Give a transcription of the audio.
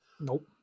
Nope